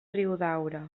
riudaura